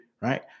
Right